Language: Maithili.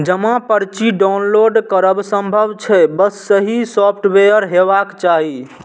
जमा पर्ची डॉउनलोड करब संभव छै, बस सही सॉफ्टवेयर हेबाक चाही